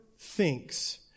thinks